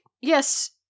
yes